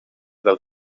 del